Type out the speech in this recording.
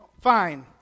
Fine